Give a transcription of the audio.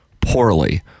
poorly